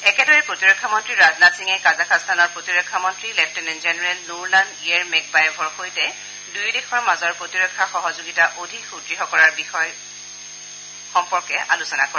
একেদৰে প্ৰতিৰক্ষা মন্ত্ৰী ৰাজনাথ সিঙে কাজাখাস্তানৰ প্ৰতিৰক্ষা মন্ত্ৰী লেফটেনেণ্ট জেনেৰেল নূৰলান য়েৰমেকবায়েভৰ সৈতে দুয়ো দেশৰ মাজৰ প্ৰতিৰক্ষা সহযোগিতা অধিক সুদ্ঢ় কৰাৰ বিভিন্ন উপায় সম্পৰ্কে আলোচনা কৰে